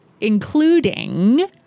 including